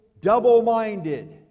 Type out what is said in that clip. Double-minded